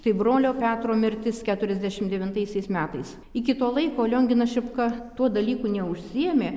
tai brolio petro mirtis keturiasdešim devintaisiais metais iki to laiko lionginas šepka tuo dalyku neužsiėmė